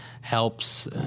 helps